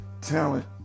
talent